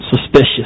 suspicious